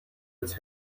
its